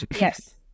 Yes